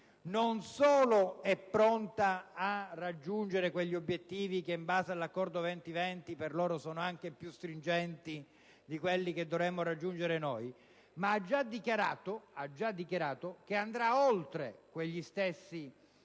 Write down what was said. non solo è pronta a conseguire quegli obiettivi che in base all'Accordo 20-20-20 sono per essa anche più stringenti di quelli che dovremmo raggiungere in Italia, ma ha già dichiarato che andrà oltre quegli stessi obiettivi,